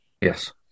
Yes